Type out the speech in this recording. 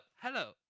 hello